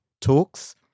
talks